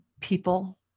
People